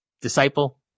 disciple